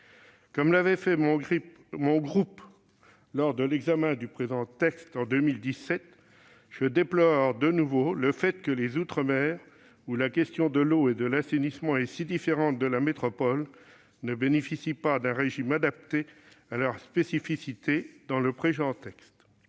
Comme l'avait fait le groupe Union Centriste lors de l'examen du présent texte en 2017, je déplore que les outre-mer, où la question de l'eau et de l'assainissement est si différente de la métropole, ne bénéficient pas d'un régime adapté à leurs spécificités dans le présent texte.